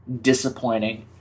disappointing